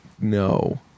No